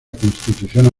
constitución